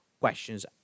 questions